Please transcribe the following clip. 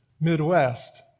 Midwest